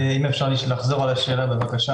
אז לקחנו בחשבון הנחות שכן נחזור לשגרה שבגדול היא